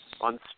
on